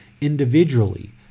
Individually